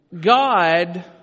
God